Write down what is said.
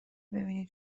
ببینی